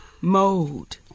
mode